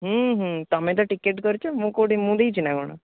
ତମେ ତ ଟିକେଟ୍ କରିଛ ମୁଁ କୋଉଠି ମୁଁ ଦେଇଛି ନା କ'ଣ